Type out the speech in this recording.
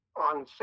on